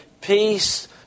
peace